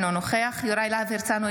אינו נוכח יוראי להב הרצנו,